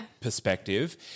perspective